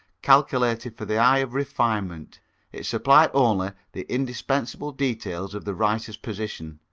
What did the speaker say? calculated for the eye of refinement it supplied only the indispensable details of the writer's position,